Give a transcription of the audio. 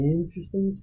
interesting